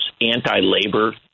anti-labor